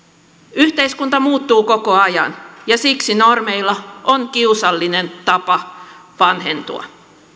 yhteiskunta muuttuu koko ajan ja siksi normeilla on kiusallinen tapa vanhentua